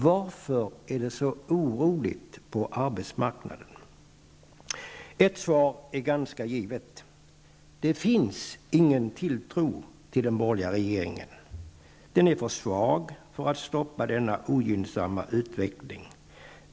Varför är det så oroligt på arbetsmarknaden? Ett svar är ganska givet: Det finns ingen tilltro till den borgerliga regeringen. Den är för svag för att stoppa denna ogynnsamma utveckling.